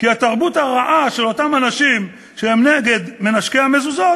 כי התרבות הרעה של אותם אנשים שהם נגד מנשקי המזוזות,